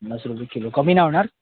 पन्नास रुपये किलो कमी नाही होणार